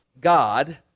God